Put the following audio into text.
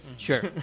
Sure